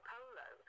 Polo